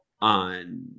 on